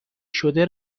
شده